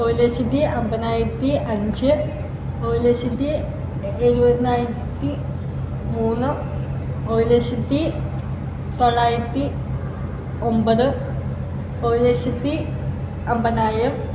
ഒരു ലക്ഷത്തി അൻപതിനായിരത്തി അഞ്ച് ഒരു ലക്ഷത്തി എഴുപതിനായിരത്തി മൂന്ന് ഒരു ലക്ഷത്തി തൊള്ളായിരത്തി ഒമ്പത് ഒരു ലക്ഷത്തി അമ്പതിനായിരം